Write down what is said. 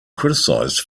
criticized